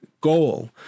goal